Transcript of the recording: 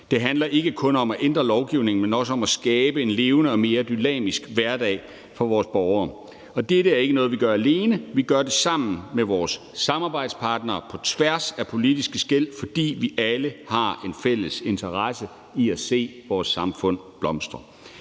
Det handler ikke kun om at ændre lovgivningen, men også om at skabe en levende og mere dynamisk hverdag for vores borgere. Det er ikke noget, vi gør alene; vi gør det sammen med vores samarbejdspartnere på tværs af politiske skel, fordi vi alle har en fælles interesse i at se vores samfund blomstre.